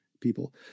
people